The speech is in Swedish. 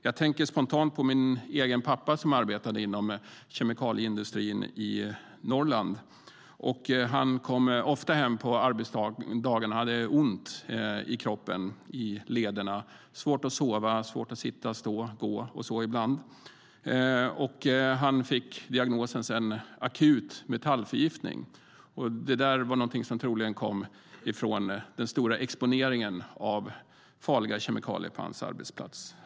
Jag tänker spontant på min egen pappa som arbetade inom kemikalieindustrin i Norrland. Han kom ofta hem efter arbetsdagen och hade ont i kroppen och i lederna. Han hade svårt att sova, svårt att sitta, stå och gå ibland. Han fick senare diagnosen akut metallförgiftning. Det kom troligen från den stora exponeringen för farliga kemikalier på hans arbetsplats.